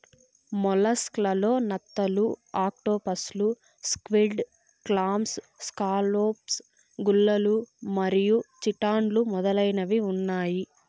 mollusc లలో నత్తలు, ఆక్టోపస్లు, స్క్విడ్, క్లామ్స్, స్కాలోప్స్, గుల్లలు మరియు చిటాన్లు మొదలైనవి ఉన్నాయి